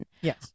Yes